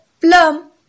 Plum